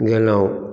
गेलौँ